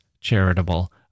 charitable